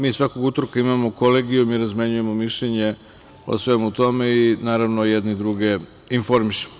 Mi svakog utorka imamo Kolegijum i razmenjujemo mišljenje o svemu tome i, naravno, jedni druge informišemo.